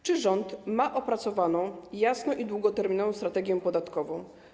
Czy rząd ma opracowaną jasną i długoterminową strategię podatkową?